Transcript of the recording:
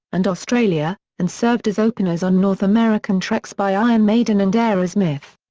and australia, and served as openers on north american treks by iron maiden and aerosmith.